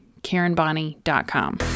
KarenBonnie.com